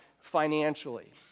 financially